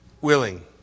willing